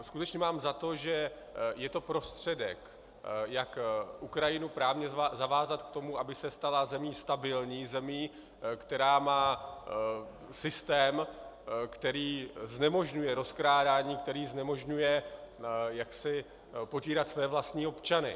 Skutečně mám za to, že je to prostředek, jak Ukrajinu právně zavázat k tomu, aby se stala zemí stabilní, zemí, která má systém, který znemožňuje rozkrádání, který znemožňuje jaksi požírat své vlastní občany.